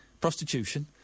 Prostitution